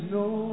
no